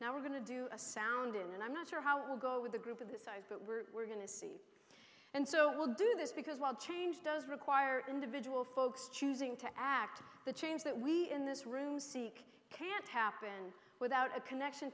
now we're going to do a sound in and i'm not sure how it will go with a group of this size but we're going to see and so will do this because while change does require individual folks choosing to act the change that we in this room seek can't happen without a connection